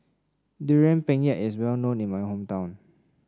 Durian Pengat is well known in my hometown